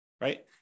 right